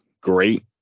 great